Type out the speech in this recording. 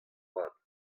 mat